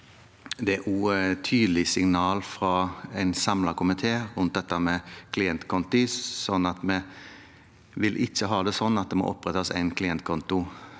Det er også et tydelig signal fra en samlet komité om dette med klientkonto. Vi vil ikke ha det sånn at det må opprettes en klientkonto